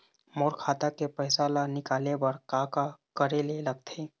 मोर खाता के पैसा ला निकाले बर का का करे ले लगथे?